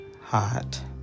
hot